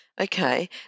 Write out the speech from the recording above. Okay